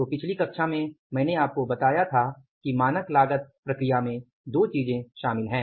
तो पिछली कक्षा में मैंने आपको बताया था कि मानक लागत प्रक्रिया में दो चीजें शामिल हैं